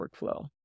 workflow